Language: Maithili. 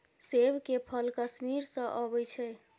सेब के फल कश्मीर सँ अबई छै